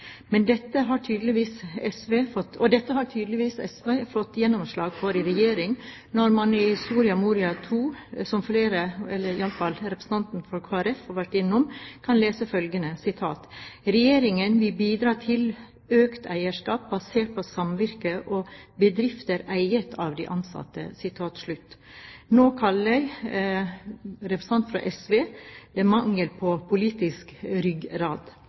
Og dette har tydeligvis SV fått gjennomslag for i regjering når man i Soria Moria II, som i hvert fall representanten fra Kristelig Folkeparti har vært innom, kan lese følgende: «Regjeringen vil bidra til økt eierskap basert på samvirke og bedrifter eiet av de ansatte.» Nå kaller representanten fra SV det mangel på politisk